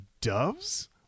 doves